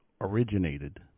originated